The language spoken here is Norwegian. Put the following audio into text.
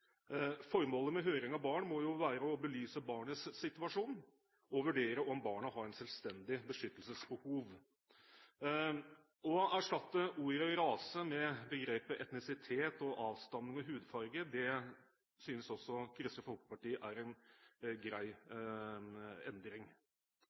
Formålet med høring av barn må jo være å belyse barnets situasjon og vurdere om barnet har et selvstendig beskyttelsesbehov. Å erstatte ordet «rase» med begrepene «etnisitet», «avstamning» og «hudfarge» synes også Kristelig Folkeparti er en grei